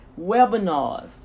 webinars